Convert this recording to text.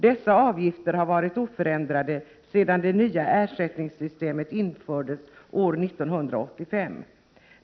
Dessa avgifter har varit oförändrade sedan det nya ersättningssystemet infördes år 1985.